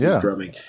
drumming